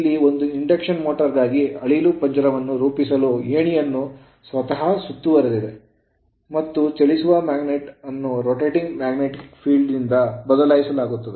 ಇಲ್ಲಿ ಒಂದು induction motor ಗಾಗಿ ಅಳಿಲು ಪಂಜರವನ್ನು ರೂಪಿಸಲು ಏಣಿಯನ್ನು ಸ್ವತಃ ಸುತ್ತುವರೆದಿದೆ ಮತ್ತು ಚಲಿಸುವ magnet ವನ್ನು rotating magnetic field ದಿಂದ ಬದಲಾಯಿಸಲಾಗುತ್ತದೆ